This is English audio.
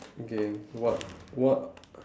okay so what what